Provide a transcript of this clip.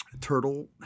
turtle